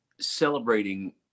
celebrating